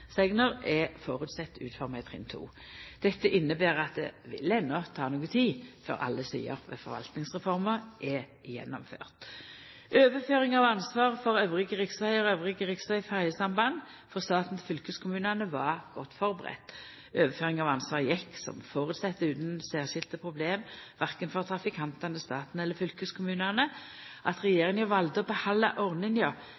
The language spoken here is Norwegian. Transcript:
føresegner er føresett utforma i trinn 2. Dette inneber at det enno vil ta noko tid før alle sider ved Forvaltningsreforma er gjennomførte. Overføring av ansvaret for «øvrige» riksvegar og «øvrige» riksvegferjesamband frå staten til fylkeskommunane var godt førebudd. Overføring av ansvar gjekk som føresett utan særskilte problem verken for trafikantane, staten eller fylkeskommunane. At